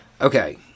Okay